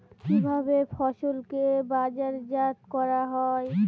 কিভাবে ফসলকে বাজারজাত করা হয়?